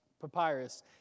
papyrus